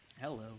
Hello